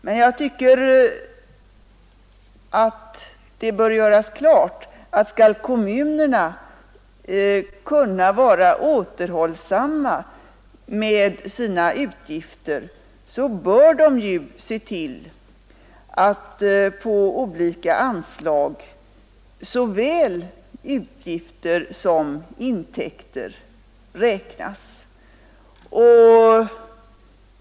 Men det bör göras klart, att om kommunerna skall kunna vara återhållsamma med sina utgifter, så bör de se till att både utgifter och intäkter räknas när de tar ställning till olika anslag.